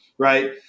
right